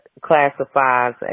classifies